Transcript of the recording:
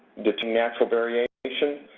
natural variation.